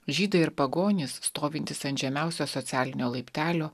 žydai ir pagonys stovintys ant žemiausio socialinio laiptelio